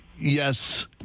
Yes